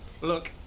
Look